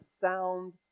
sound